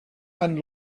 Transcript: and